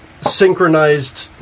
synchronized